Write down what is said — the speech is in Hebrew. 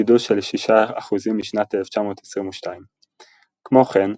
גידול של שישה אחוזים משנת 1922. כמו כן,